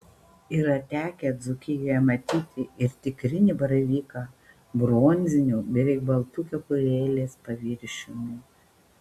yra tekę dzūkijoje matyti ir tikrinį baravyką bronziniu beveik baltu kepurėlės paviršiumi